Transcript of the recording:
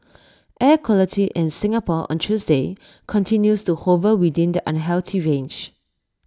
air quality in Singapore on Tuesday continues to hover within the unhealthy range